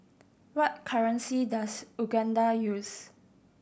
what currency does Uganda use